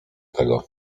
tego